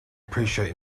appreciate